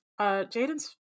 Jaden's